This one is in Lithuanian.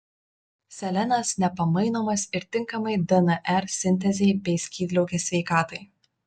selenas nepamainomas ir tinkamai dnr sintezei bei skydliaukės sveikatai